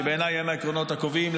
שבעיניי הם העקרונות הקובעים,